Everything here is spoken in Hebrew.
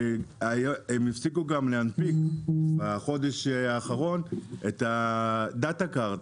הם הפסיקו גם להנפיק בחודש האחרון את הדאטה קארד.